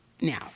now